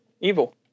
Evil